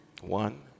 One